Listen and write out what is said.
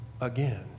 again